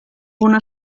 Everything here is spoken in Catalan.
una